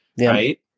Right